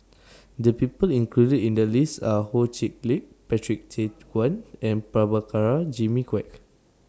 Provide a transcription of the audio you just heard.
The People included in The list Are Ho Chee Lick Patrick Tay Teck Guan and Prabhakara Jimmy Quek